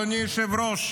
אדוני היושב-ראש,